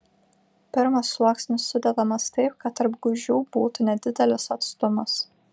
pirmas sluoksnis sudedamas taip kad tarp gūžių būtų nedidelis atstumas